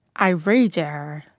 i rage at her,